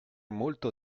molto